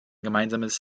gemeinsames